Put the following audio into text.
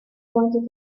wanted